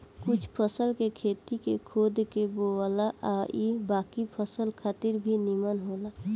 कुछ फसल के खेत के खोद के बोआला आ इ बाकी फसल खातिर भी निमन होला